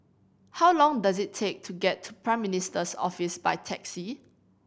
how long does it take to get to Prime Minister's Office by taxi